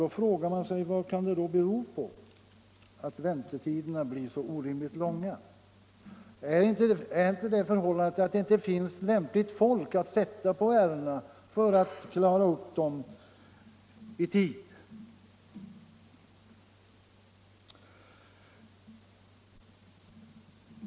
Då frågar man sig: Vad kan det då bero på, att väntetiderna blir så orimligt långa? Beror det inte på att det inte finns lämpligt folk att sätta på ärendena, så att de kan avgöras i tid?